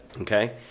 okay